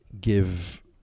give